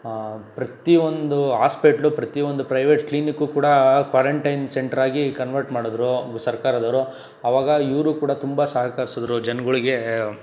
ಪ್ರತಿಯೊಂದು ಹಾಸ್ಪೆಟ್ಳು ಪ್ರತಿಯೊಂದು ಪ್ರೈವೇಟ್ ಕ್ಲಿನಿಕ್ಕು ಕೂಡ ಕ್ವಾರಂಟೈನ್ ಸೆಂಟ್ರಾಗಿ ಕನ್ವರ್ಟ್ ಮಾಡಿದ್ರು ಸರ್ಕಾರದವರು ಆವಾಗ ಇವರೂ ಕೂಡ ತುಂಬ ಸಹಕರಿಸಿದ್ರು ಜನಗಳಿಗೆ